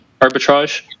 arbitrage